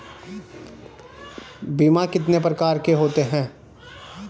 बीमा कितने प्रकार के होते हैं?